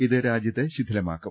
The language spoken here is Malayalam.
ഇത് രാജ്യത്തെ ശിഥി ലമാക്കും